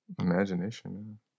Imagination